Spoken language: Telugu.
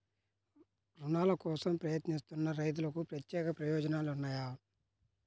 రుణాల కోసం ప్రయత్నిస్తున్న రైతులకు ప్రత్యేక ప్రయోజనాలు ఉన్నాయా?